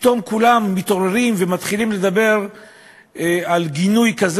פתאום כולם מתעוררים ומתחילים לדבר על גינוי כזה